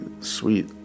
sweet